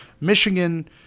Michigan